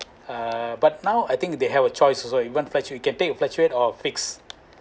uh but now I think they have a choice also you want fluctuate you getting a fluctuate or fix